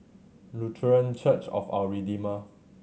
Lutheran Church of Our Redeemer